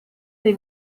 dei